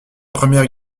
première